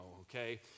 Okay